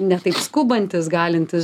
ne taip skubantis galintis